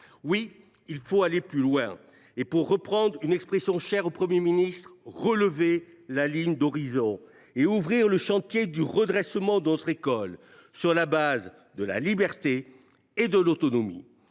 Oui, il faut aller plus loin et, pour reprendre une expression chère au Premier ministre, relever la ligne d’horizon. Il nous faut ouvrir le chantier du redressement de notre école sur la base de la liberté et de l’autonomie.